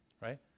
right